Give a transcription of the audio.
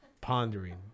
Pondering